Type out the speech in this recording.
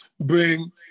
bring